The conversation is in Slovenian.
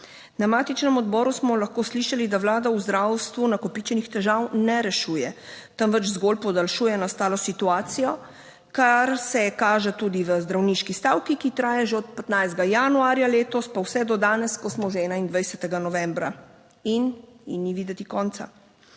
Na matičnem odboru smo lahko slišali, da Vlada v zdravstvu nakopičenih težav ne rešuje, temveč zgolj podaljšuje nastalo situacijo, kar se kaže tudi v zdravniški stavki, ki traja že od 15. januarja letos pa vse do danes, ko smo že 21. novembra in ji ni videti konca,